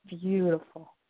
Beautiful